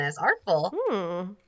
Artful